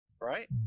right